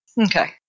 okay